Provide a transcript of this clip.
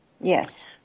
Yes